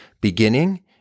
beginning